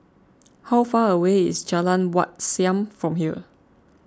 how far away is Jalan Wat Siam from here